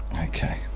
Okay